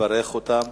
לברך אותם